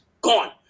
gone